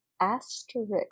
asterisk